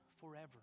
forever